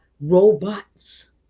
robots